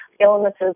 illnesses